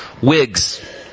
Wigs